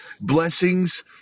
blessings